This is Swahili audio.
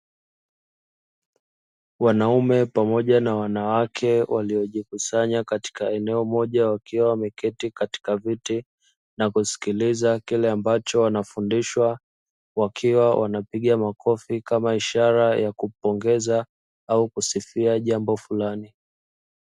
Wanaume pamoja na wanawake, waliojikusanya katika eneo moja, wakiwa wameketi katika viti na kusikiliza kile ambacho wanafundishwa. Wakiwa wanapiga makofi kama ishara ya kupongeza au kusifia jambo fulani.